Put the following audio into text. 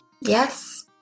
Yes